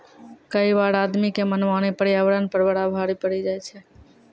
कई बार आदमी के मनमानी पर्यावरण पर बड़ा भारी पड़ी जाय छै